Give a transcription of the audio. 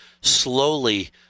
slowly